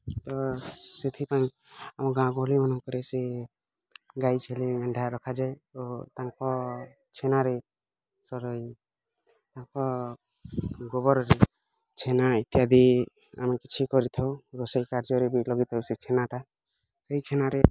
ତ ସେଥିପାଇଁ ଆମ ଗାଁ ଗହଳିମାନଙ୍କରେ ସେ ଗାଇ ଛେଲି ମେଣ୍ଡା ରଖାଯାଏ ଓ ତାଙ୍କ ଛେନାରେ ସରଇ ତାଙ୍କ ଗୋବରରେ ଛେନା ଇତ୍ୟାଦି ଆମେ କିଛି କରିଥାଉ ରୋଷେଇ କାର୍ଯ୍ୟରେ ଲଗେଇ ଥାଉ ସେ ଛେନାଟା ସେଇ ଛେନାରେ